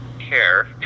care